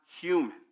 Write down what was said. human